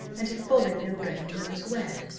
and have fallen nobody knows where!